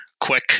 quick